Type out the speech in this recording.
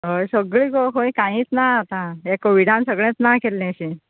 हय सग्गळी गो खंय खंयीच ना आता ये कोविडान सगळेच ना केल्ले शे